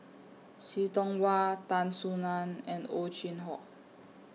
See Tiong Wah Tan Soo NAN and Ow Chin Hock